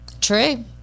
True